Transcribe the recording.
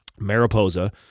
Mariposa